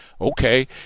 Okay